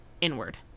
inward